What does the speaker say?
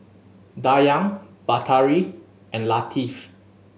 Dayang Batari and Latif